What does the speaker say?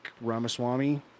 ramaswamy